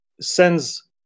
sends